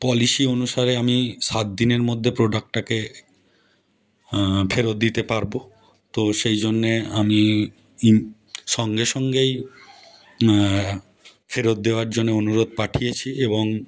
policy অনুসারে আমি সাত দিনের মধ্যে প্রোডাক্টটাকে ফেরত দিতে পারবো তো সেই জন্যে আমি ইন সঙ্গে সঙ্গেই ফেরত দেওয়ার জন্য অনুরোধ পাঠিয়েছি এবং